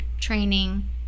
training